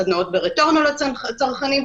סדנאות ברטורנו לצרכנים,